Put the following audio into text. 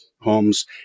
homes